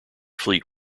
fleet